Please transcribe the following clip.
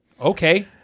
Okay